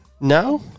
No